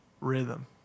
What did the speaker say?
Rhythm